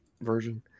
version